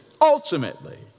ultimately